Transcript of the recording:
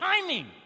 timing